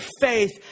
faith